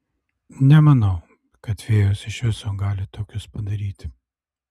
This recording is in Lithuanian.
nemanau kad fėjos iš viso gali tokius padaryti